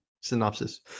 synopsis